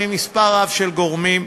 ממספר רב של גורמים,